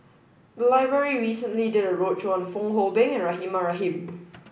the library recently did a roadshow on Fong Hoe Beng and Rahimah Rahim